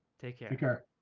take care care